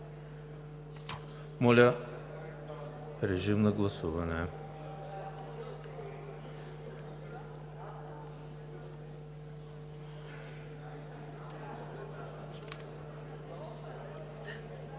Моля, режим на гласуване